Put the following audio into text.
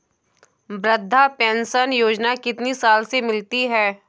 वृद्धा पेंशन योजना कितनी साल से मिलती है?